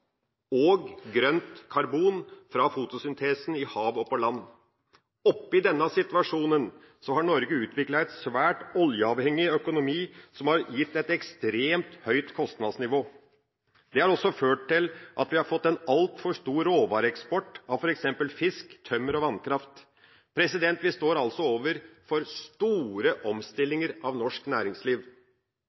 og grønt karbon fra fotosyntesen i hav og på land. Oppi denne situasjonen har Norge utviklet en svært oljeavhengig økonomi, som har gitt et ekstremt høyt kostnadsnivå. Det har også ført til at vi har fått en altfor stor råvareeksport av f.eks. fisk, tømmer og vannkraft. Vi står altså overfor store omstillinger av norsk næringsliv.